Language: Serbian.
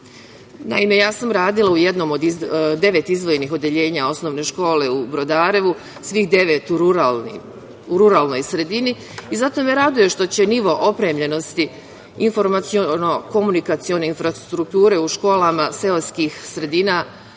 Naime, ja sam radila u jednom od devet izdvojenih odeljenja osnovne škole u Brodarevu, svih devet u ruralnoj sredini i zato me raduje što će nivo opremljenosti informaciono-komunikaciono infrastrukture u školama seoskih sredina